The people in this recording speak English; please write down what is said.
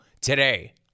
today